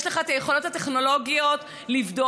יש לך את היכולות הטכנולוגיות לבדוק,